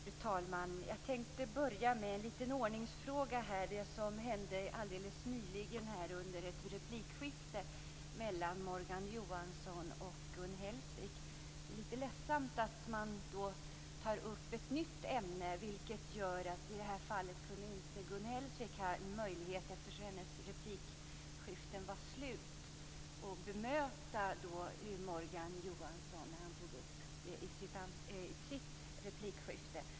Fru talman! Jag tänkte börja med en liten ordningsfråga med anledning av det som hände tidigare under ett replikskifte mellan Morgan Johansson och Gun Hellsvik. Det var lite ledsamt att Morgan Johansson tog upp ett nytt ämne i sin replik och att Gun Hellsvik inte hade möjlighet att bemöta det, eftersom hon inte hade rätt till ytterligare replik.